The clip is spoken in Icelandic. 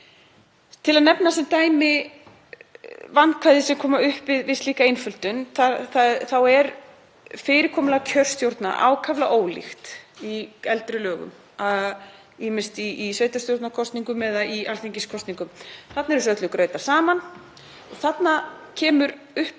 Til að nefna sem dæmi vandkvæði sem koma upp við slíka einföldun þá er fyrirkomulag kjörstjórna ákaflega ólíkt í eldri lögum, ýmist í sveitarstjórnarkosningum eða í alþingiskosningum. Þarna er þessu öllu grautað saman. Þarna kemur upp